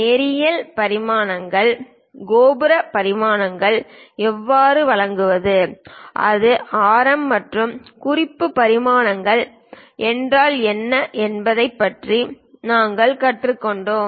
நேரியல் பரிமாணங்கள் கோண பரிமாணங்களை எவ்வாறு வழங்குவது அது ஆரம் மற்றும் குறிப்பு பரிமாணங்கள் என்றால் என்ன என்பதைப் பற்றி நாங்கள் கற்றுக்கொண்டோம்